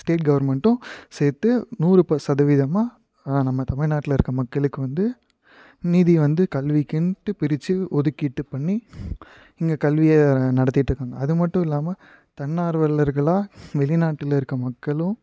state கவர்மெண்ட்டும் சேர்த்து நூறு பர் சதவீதமாக நம்ம தமில்நாட்டில் இருக்க மக்களுக்கு வந்து நிதி வந்து கல்விக்குன்ட்டு பிரிச்சு ஒதுக்கிட்டு பண்ணி இங்கே கல்வியை நடத்திக்கிட்டுருக்காங்க அது மட்டும் இல்லாமல் தன்னார்வலர்களாக வெளிநாட்டில் இருக்கிற மக்களும்